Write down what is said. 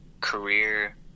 career